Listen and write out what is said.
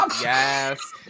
Yes